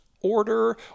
order